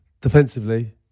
defensively